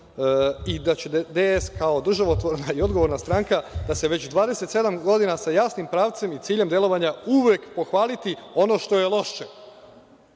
i da će DS kao državotvorna i odgovorna stranka da se već 27 godina sa jasnim pravcem i ciljem delovanja uvek pohvaliti ono što je loše.